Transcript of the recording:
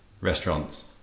restaurants